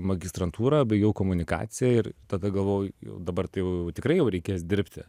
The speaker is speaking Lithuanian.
magistrantūrą baigiau komunikaciją ir tada galvoju jau dabar tai jau tikrai jau reikės dirbti